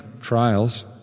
trials